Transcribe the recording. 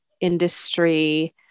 industry